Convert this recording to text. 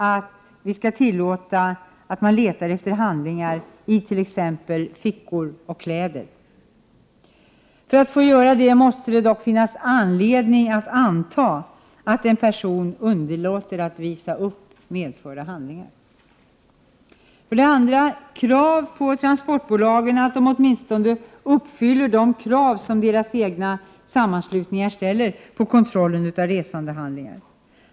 1988/89:125 t.ex. fickor och kläder. För att få göra denna måste det dock finnas anledning 31 maj 1989 att anta att en person underlåter att visa upp medförda handlingar. 2. Krav på transportbolagen att de åtminstone också uppfyller de krav som deras egna sammanslutningar ställer på kontrollen av resandehandlingar.